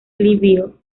livio